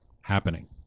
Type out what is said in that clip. happening